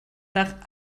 nach